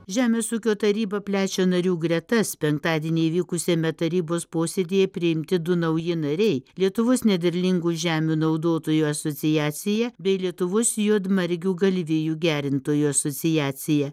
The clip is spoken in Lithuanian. žemės ūkio taryba plečia narių gretas penktadienį įvykusiame tarybos posėdyje priimti du nauji nariai lietuvos nederlingų žemių naudotojų asociacija bei lietuvos juodmargių galvijų gerintojų asociacija